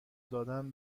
دادن